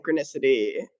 synchronicity